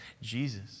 Jesus